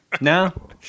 No